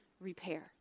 repair